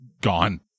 gone